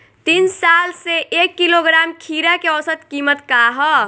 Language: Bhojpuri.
तीन साल से एक किलोग्राम खीरा के औसत किमत का ह?